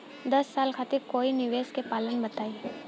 दस साल खातिर कोई निवेश के प्लान बताई?